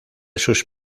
sus